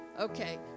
Okay